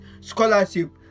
scholarship